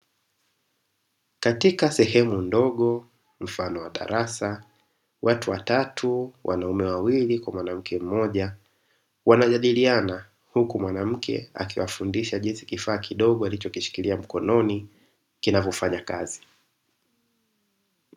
Katika sehemu ndogo mfano wa darasa watu watatu, wanaume wawili na mwanamke mmoja, wanajadiliana huku mwanamke akiwafundisha jinsi kifaa kidogo alichokishikilia mkononi kinavyofanya kazi.